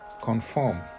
Conform